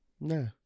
no